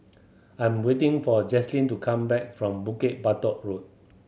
I'm waiting for Jazlene to come back from Bukit Batok Road